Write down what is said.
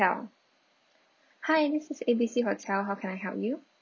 hi this is A B C hotel how can I help you